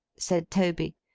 said toby.